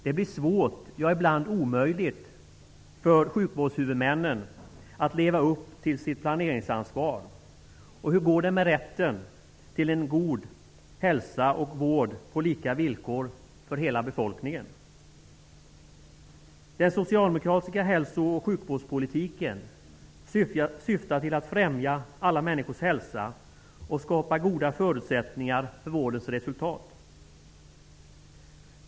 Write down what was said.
Det blir svårt -- ja, ibland omöjligt -- för sjukvårdshuvudmännen att leva upp till sitt planeringsansvar. Och hur går det med rätten till en god hälsa och en vård på lika villkor för hela befolkningen? Den socialdemokratiska hälso och sjukvårdpolitiken syftar till att främja alla människors hälsa och till att skapa goda förutsättningar för vårdens resultat.